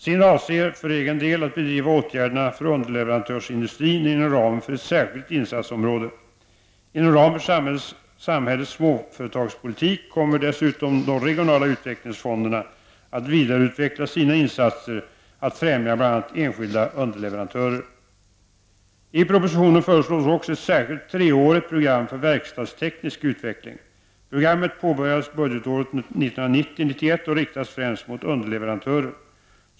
SIND avser för egen del att bedriva åtgärderna för underleverantörsindustrin inom ramen för ett särskilt insatsområde. Inom ramen för samhällets småföretagspolitik kommer dessutom de regionala utvecklingsfonderna att vidareutveckla sina insatser för att främja bl.a. enskilda underleverantörer. I propositionen föreslås också ett särskilt, treårigt program för verkstadsteknisk utveckling. Programmet påbörjas budgetåret 1990/91 och riktas främst mot underleverantörer.